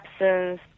absence